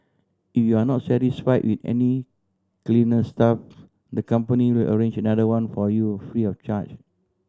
if you are not satisfy with any cleaner staff the company will arrange another one for you free of charge